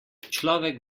človek